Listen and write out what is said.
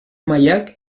mailak